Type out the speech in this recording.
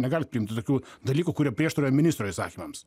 negalit priimti tokių dalykų kurie prieštarauja ministro įsakymams